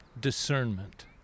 discernment